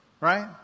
right